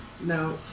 No